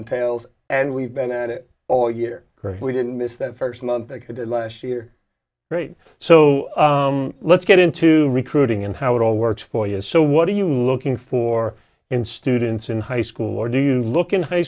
entails and we've been at it all year we didn't miss that first month that he did last year right so let's get into recruiting and how it all works for us so what are you looking for in students in high school or do you look in high